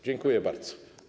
Dziękuję bardzo.